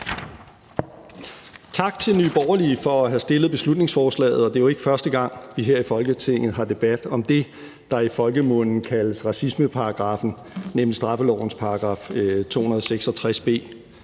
Tak til Nye Borgerlige for at have fremsat beslutningsforslaget. Det er jo ikke første gang, vi her i Folketinget har debat om det, der i folkemunde kaldes racismeparagraffen, nemlig straffelovens § 266